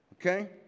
Okay